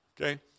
okay